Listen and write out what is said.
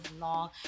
long